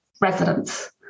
residents